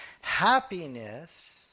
happiness